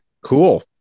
Cool